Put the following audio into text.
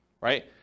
right